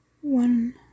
one